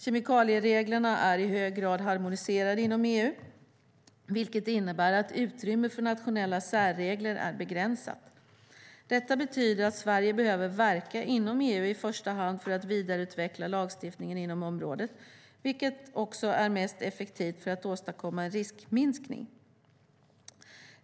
Kemikaliereglerna är i hög grad harmoniserade inom EU, vilket innebär att utrymmet för nationella särregler är begränsat. Detta betyder att Sverige behöver verka inom EU i första hand för att vidareutveckla lagstiftningen inom området, vilket också är mest effektivt för att åstadkomma en riskminskning.